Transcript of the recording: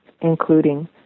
including